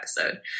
episode